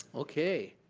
okay.